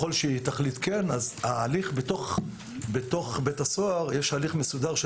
אם היא תחליט שכן אז בתוך בית הסוהר יש הליך מסודר של